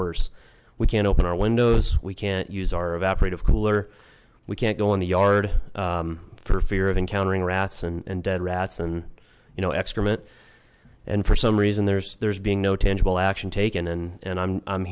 worse we can't open our windows we can't use our evaporative cooler we can't go in the yard for fear of encountering rats and dead rats and you know excrement and for some reason there's there's been no tangible action taken and